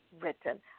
written